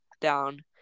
down